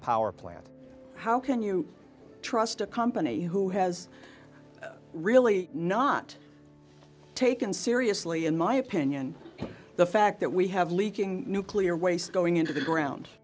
power plant how can you trust a company who has really not taken seriously in my opinion the fact that we have leaking nuclear waste going into the ground